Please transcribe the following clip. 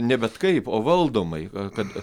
ne bet kaip o valdomai kad